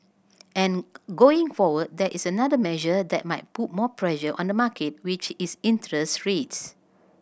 and going forward there is another measure that might put more pressure on the market which is interest rates